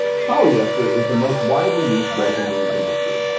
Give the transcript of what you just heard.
polyester is the most widely used resin in the industry.